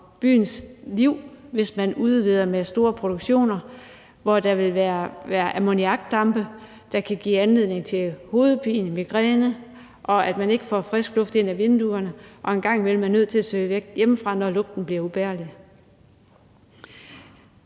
byens liv, hvis man udvider med store produktioner, hvor der vil være ammoniakdampe, der kan give anledning til hovedpine og migræne, og at man ikke får frisk luft ind ad vinduerne og en gang imellem er nødt til at søge væk hjemmefra, når lugten bliver uudholdelig.